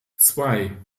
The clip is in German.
zwei